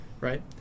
right